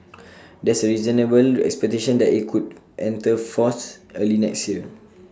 there's A reasonable expectation that IT could enter force early next year